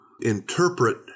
interpret